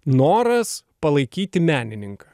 noras palaikyti menininką